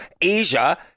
Asia